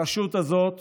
הרשות הזאת